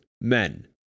men